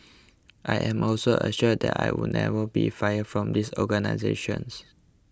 I am also assured that I would never be fired from this organisations